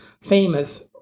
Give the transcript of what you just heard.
famous